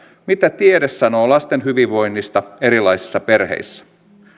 mitä tiede sanoo lasten hyvinvoinnista erilaisissa perheissä